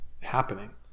happening